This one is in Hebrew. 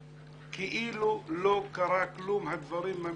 וכאילו לא קרה כלום, הדברים ממשיכים.